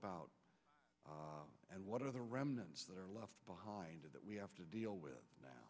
about and what are the remnants that are left behind that we have to deal with now